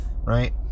right